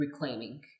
reclaiming